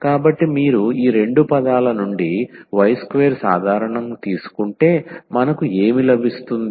కాబట్టి మీరు ఈ రెండు పదాల నుండి y2 సాధారణం తీసుకుంటే మనకు ఏమి లభిస్తుంది